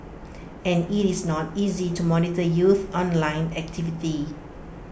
and IT is not easy to monitor youth online activity